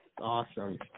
awesome